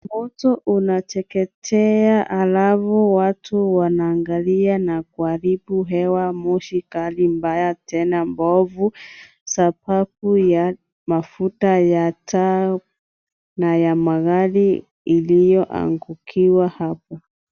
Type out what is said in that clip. Moto unateketeza, halafu watu wanaangalia na kuharibu hewa. Moshi kali, mbaya tena mbovu, sababu ya mafuta ya taa na ya magari iliyoangukiwa hapa.